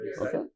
Okay